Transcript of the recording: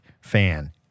fan